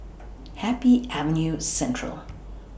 Happy Avenue Central